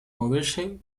moverse